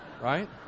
Right